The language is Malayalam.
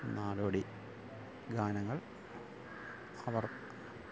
നാടോടി ഗാനങ്ങള് അവർ